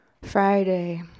Friday